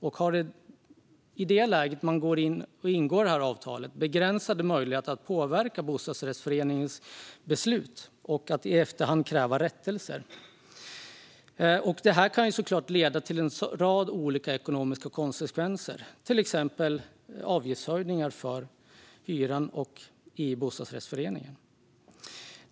De har i det läge då de ingår avtalet begränsad möjlighet att påverka bostadsrättsföreningens beslut och att i efterhand kräva rättelser. Det här kan såklart leda till en rad olika ekonomiska konsekvenser, till exempel avgiftshöjningar och andra kostnader i bostadsrättsföreningen.